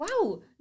Wow